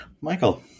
Michael